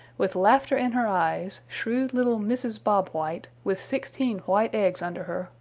with laughter in her eyes, shrewd little mrs. bob white, with sixteen white eggs under her,